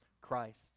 Christ